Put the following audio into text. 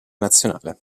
nazionale